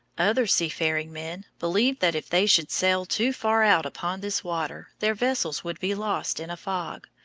other seafaring men believed that if they should sail too far out upon this water their vessels would be lost in a fog,